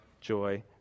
joy